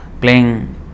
playing